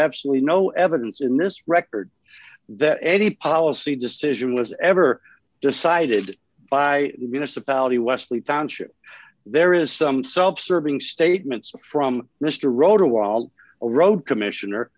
absolutely no evidence in this record that any policy decision was ever decided by the municipality westley township there is some self serving statements from mr roeder while road commissioner